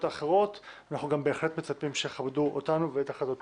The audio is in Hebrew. האחרות ואנחנו גם בהחלט מצפים שיכבדו אותנו ואת החלטותינו.